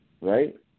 right